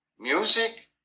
Music